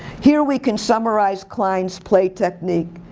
here we can summarize klein's play technique.